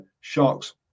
Sharks